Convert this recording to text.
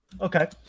Okay